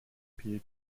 his